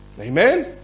Amen